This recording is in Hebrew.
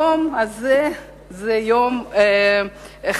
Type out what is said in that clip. היום הזה הוא יום חגיגי.